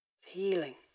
Healing